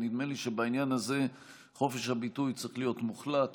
ונדמה לי שבעניין הזה חופש הביטוי צריך להיות מוחלט,